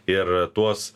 ir tuos